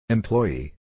Employee